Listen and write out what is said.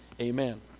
Amen